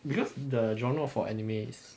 because the genre for anime is